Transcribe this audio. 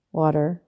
water